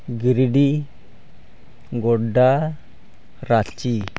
Giridih Godda Ranchi